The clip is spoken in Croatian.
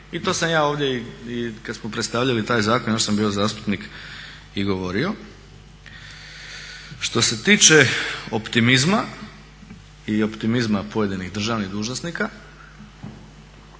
I to sam ja ovdje i kada smo predstavljali taj zakon još sam bio zastupnik i govorio. Što se tiče optimizma i optimizma pojedinih državnih dužnosnika,